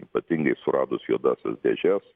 ypatingai suradus juodąsias dėžes